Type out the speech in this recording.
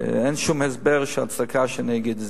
ואין שום הסבר או הצדקה שאני אגיד.